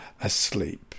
asleep